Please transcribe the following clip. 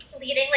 leading